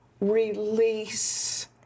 release